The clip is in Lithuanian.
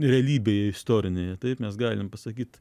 realybėje istorinėje taip mes galim pasakyt